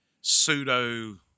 pseudo